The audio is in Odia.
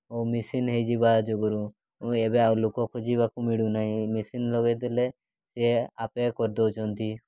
ଓ ମେସିନ୍ ହୋଇଯିବା ଯୋଗୁଁରୁ ଏବେ ଆଉ ଲୋକ ଖୋଜିବାକୁ ମିଳୁନାହିଁ ମେସିନ୍ ଲଗାଇଦେଲେ ସେ ଆପେ କରିଦେଉଛନ୍ତି